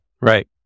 Right